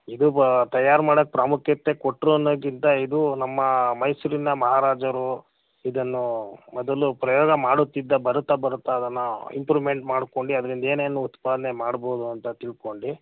ಇದು ಬ ತಯಾರಿ ಮಾಡಕ್ಕೆ ಪ್ರಾಮುಖ್ಯತೆ ಕೊಟ್ರು ಅನ್ನೋದ್ಕಿಂತ ಇದು ನಮ್ಮ ಮೈಸೂರಿನ ಮಹಾರಾಜರು ಇದನ್ನು ಮೊದಲು ಪ್ರಯೋಗ ಮಾಡುತ್ತಿದ್ದ ಬರುತ್ತಾ ಬರುತ್ತಾ ಅದನ್ನು ಇಂಪ್ರುಮೆಂಟ್ ಮಾಡ್ಕೊಂಡು ಅದ್ರಿಂದ ಏನೇನು ಉತ್ಪಾದನೆ ಮಾಡ್ಬೋದು ಅಂತ ತಿಳ್ಕೊಂಡು